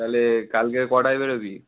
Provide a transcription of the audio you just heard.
তাহলে কালকে কটায় বেরোবি